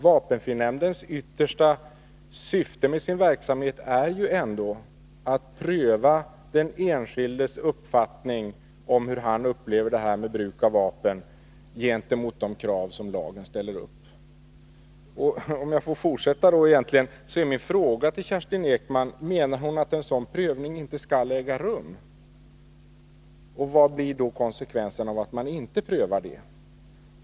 Vapenfrinämndens yttersta syfte med sin verksamhet är ju ändå att pröva den enskildes uppfattning, hur han upplever bruket av vapen, gentemot de krav som lagen ställer. Om jag får fortsätta, är min fråga till Kerstin Ekman: Menar Kerstin Ekman att en sådan prövning inte skall äga rum? Vilka blir konsekvenserna av att man inte gör denna prövning?